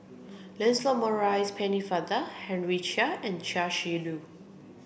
Lancelot Maurice Pennefather Henry Chia and Chia Shi Lu